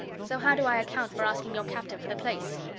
so how do i account for asking your captain for the place?